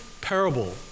parable